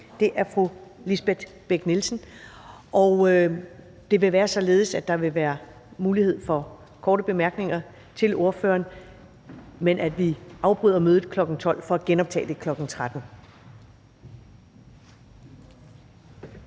det er fru Lisbeth Bech-Nielsen. Det vil være således, at der vil være mulighed for korte bemærkninger til ordføreren, men vi afbryder mødet kl. 12.00 for at genoptage det kl. 13.00.